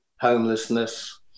homelessness